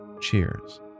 Cheers